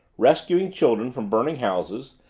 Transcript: rescuing children from burning houses,